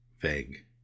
vague